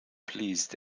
pleased